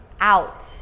Out